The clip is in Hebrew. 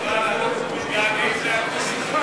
חבל, אנחנו מתגעגעים לאקוניס.